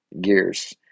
gears